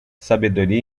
sabedoria